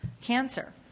cancer